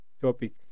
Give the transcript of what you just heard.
topic